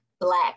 black